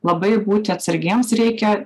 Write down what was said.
labai būti atsargiems reikia